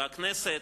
והכנסת,